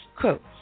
Quote